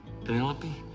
Penelope